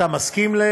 אתה מסכים?